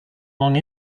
long